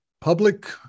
Public